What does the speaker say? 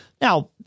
Now